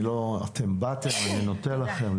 אתם באתם אני נותן לכם.